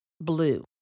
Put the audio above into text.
blue